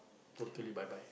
totally bye bye